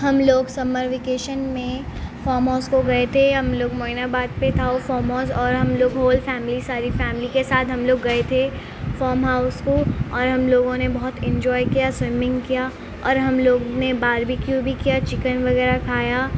ہم لوگ summer vacation میں فام ہاؤس کو گئے تھے ہم لوگ معین آباد پہ تھا وہ فام ہاؤس اور ہم لوگ ہول فیملی ساری فیملی کے ساتھ ہم لوگ گئے تھے فام ہاؤس کو اور ہم لوگوں نے بہت انجوائے کیا سویمنگ کیا اور ہم لوگ نے باربی کیو بھی کیا چکن وغیرہ کھایا